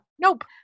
nope